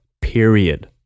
Period